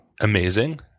amazing